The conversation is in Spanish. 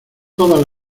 todas